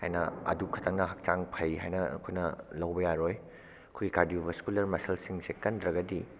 ꯍꯥꯏꯅ ꯑꯗꯨ ꯈꯛꯇꯪꯅ ꯍꯛꯆꯥꯡ ꯐꯩ ꯍꯥꯏꯅ ꯑꯩꯈꯣꯏꯅ ꯂꯧꯕ ꯌꯥꯔꯣꯏ ꯑꯩꯈꯣꯏ ꯀꯥꯔꯗꯤꯑꯣꯕꯥꯁꯀꯨꯂꯔ ꯃꯁꯜꯁꯤꯡꯁꯦ ꯀꯟꯗ꯭ꯔꯒꯗꯤ